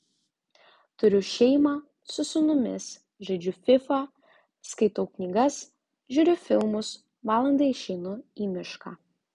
turiu šeimą su sūnumis žaidžiu fifa skaitau knygas žiūriu filmus valandai išeinu į mišką